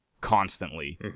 constantly